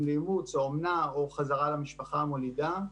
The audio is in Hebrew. לאימוץ או אומנה או חזרה למשפחה המולידה.